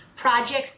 projects